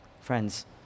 Friends